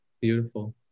Beautiful